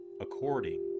according